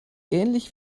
ähnlich